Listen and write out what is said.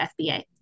FBA